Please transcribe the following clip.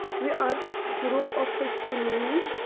we are a group of fifteen women,